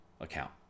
account